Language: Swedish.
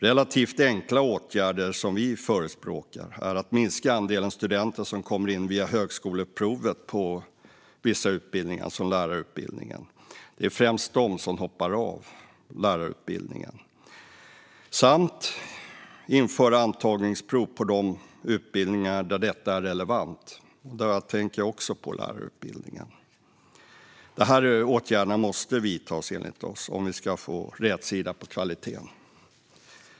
Relativt enkla åtgärder som vi förespråkar är att minska andelen studenter som kommer in via högskoleprovet på vissa utbildningar, som lärarutbildningen. Det är främst de som hoppar av lärarutbildningen. Man kan införa antagningsprov på de utbildningar där detta är relevant. Där tänker jag också på lärarutbildningen. De här åtgärderna måste vidtas enligt oss om vi ska få rätsida på kvaliteten.